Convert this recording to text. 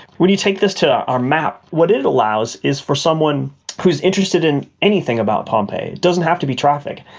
when you take this to our map, what it allows is for someone who is interested in anything about pompeii, doesn't have to be traffic,